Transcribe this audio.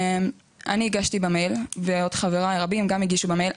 אני הגשתי באימייל ועוד רבים גם הגישו באימייל.